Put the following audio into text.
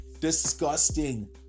disgusting